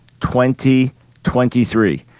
2023